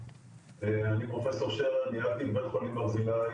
אני פרופסור שרר ניהלתי את בית החולים ברזילי